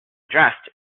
dressed